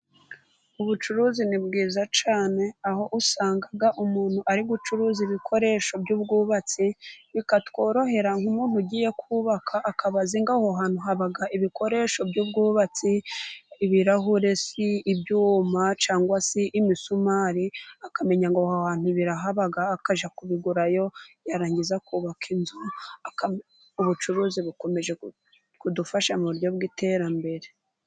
Ubucuruzi ni bwiza cyane， aho usanga umuntu ari gucuruza ibikoresho by'ubwubatsi， bikatworohera nk'umuntu ugiye kubaka， akaba azi ngo aho hantu haba ibikoresho by'ubwubatsi， ibirahure se，ibyuma cyangwa se imisumari，akamenya ngo aho hantu birahaba， akajya kubigurayo， yarangiza akubaka inzu，ubucuruzi bukomeje kudufasha mu buryo bw'iterambere.